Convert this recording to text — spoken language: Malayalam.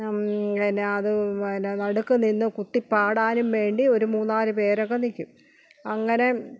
പിന്നെ അത് പിന്നെ നടുക്ക് നിന്ന് കുത്തി പാടാനും വേണ്ടി ഒരു മൂന്നാല് പേരൊക്കെ നിൽക്കും അങ്ങനെ